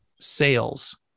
sales